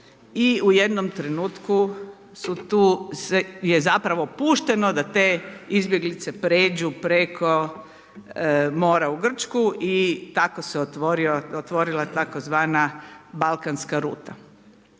i u jednom trenutku su tu, je zapravo pušteno da te izbjeglice pređu preko mora u Grčku i tako se otvorila tzv. Balkanska ruta.